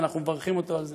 ואנחנו מברכים אותו על זה,